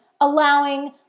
allowing